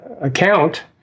account